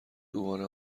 دوباره